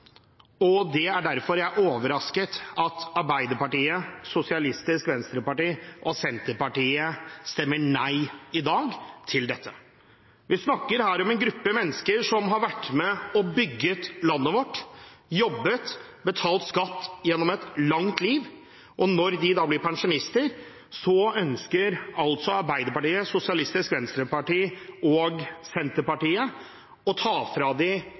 og derfor er jeg overrasket over at Arbeiderpartiet, Sosialistisk Venstreparti og Senterpartiet stemmer nei til dette i dag. Vi snakker her om en gruppe mennesker som har vært med og bygget landet vårt, som har jobbet og betalt skatt gjennom et langt liv, og når de blir pensjonister, ønsker altså Arbeiderpartiet, Sosialistisk Venstreparti og Senterpartiet å ta fra